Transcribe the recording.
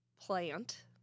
plant